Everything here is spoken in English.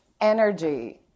energy